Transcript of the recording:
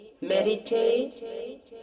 meditate